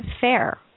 fair